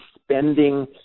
spending